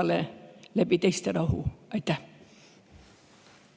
rahu läbi teiste rahu. Aitäh!